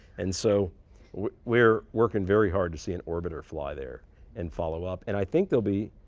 and so we're working very hard to see an orbiter fly there and follow up. and i think there'll be,